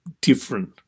different